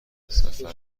سفر